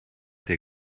der